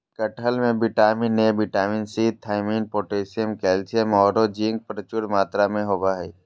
कटहल में vitamin A, vitamin C, thiamine, potassium, calcium औरो जिंक प्रचुर मात्रा में होबा हइ